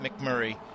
McMurray